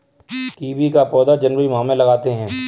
kiwi का पौधा जनवरी माह में लगाते हैं